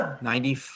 Ninety